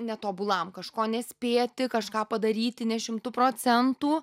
netobulam kažko nespėti kažką padaryti ne šimtu procentų